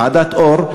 ועדת אור,